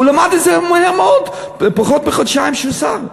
הוא למד את זה מהר מאוד, פחות מחודשיים הוא שר.